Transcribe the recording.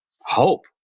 hope